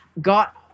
got